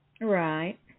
Right